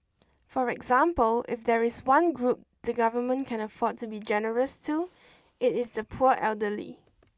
for example if there is one group the Government can afford to be generous to it is the poor elderly